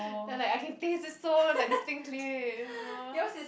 then I'm like I can taste this so like distinctly you know